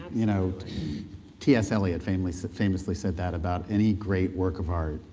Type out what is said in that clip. you know t s. elliot famously said famously said that about any great work of art,